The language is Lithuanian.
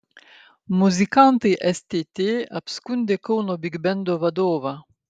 muzikantai stt apskundė kauno bigbendo vadovą